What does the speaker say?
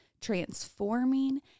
transforming